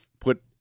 put